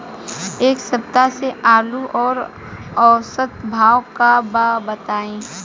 एक सप्ताह से आलू के औसत भाव का बा बताई?